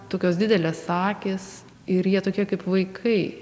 tokios didelės akys ir jie tokie kaip vaikai